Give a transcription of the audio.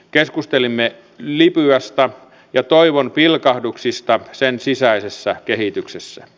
keskustelimme libyasta ja toivonpilkahduksista sen sisäisessä kehityksessä